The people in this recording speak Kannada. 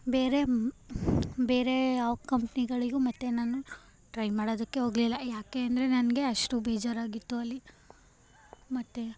ಬೇರೆ ಬೇರೆ ಯಾವ ಕಂಪ್ನಿಗಳಿಗೂ ಮತ್ತು ನಾನು ಟ್ರೈ ಮಾಡೋದಕ್ಕೇ ಹೋಗ್ಲಿಲ್ಲ ಯಾಕೆ ಅಂದರೆ ನನಗೆ ಅಷ್ಟು ಬೇಜಾರಾಗಿತ್ತು ಅಲ್ಲಿ ಮತ್ತು